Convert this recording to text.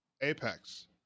Apex